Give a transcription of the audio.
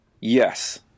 Yes